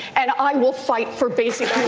and i will fight for basic